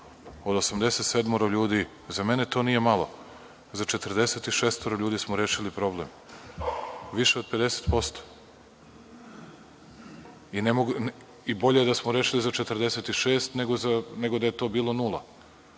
Od 87 ljudi, za mene to nije malo, za 46 ljudi smo rešili problem. To je više od 50%. I bolje da smo rešili za 46 nego da je to bilo nula.